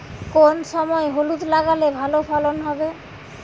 কোন সময় হলুদ লাগালে ভালো ফলন হবে?